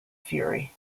fury